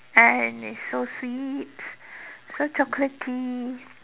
and it's so sweet so chocolaty